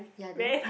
ya then